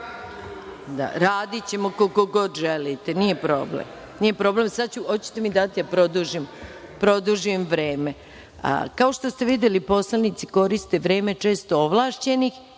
radi. Radićemo koliko god želite. Nije problem. Hoćete li mi dati da produžim vreme? Kao što se videli, poslanici koriste vreme često ovlašćenih